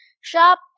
shop